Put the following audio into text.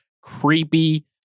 creepy